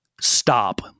stop